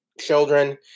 children